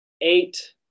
eight